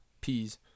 peas